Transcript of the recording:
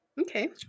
Okay